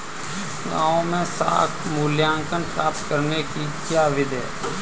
गाँवों में साख मूल्यांकन प्राप्त करने की क्या विधि है?